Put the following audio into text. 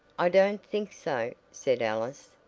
i don't think so, said alice,